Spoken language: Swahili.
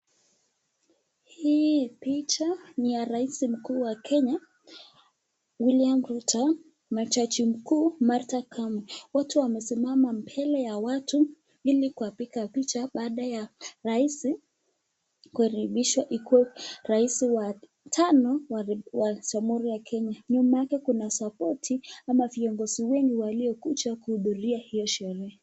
Hii picha ni ya rais mkuu wa Kenya William Ruto, na jaji mkuu Martha Koome. Watu wamesimama mbele ya watu ili kupiga picha baada ya rais kurahibishwa ikuwe rais wa tano wa Jamhuri ya Kenya. Nyuma yake kuna support ama viongozi wengi waliokuja kuhudhuria hiyo sherehe.